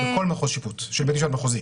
בכל מחוז שיפוט של בית משפט מחוזי.